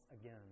again